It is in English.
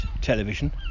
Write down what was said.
television